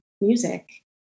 music